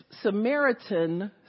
Samaritan